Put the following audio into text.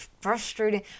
frustrating